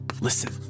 Listen